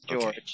George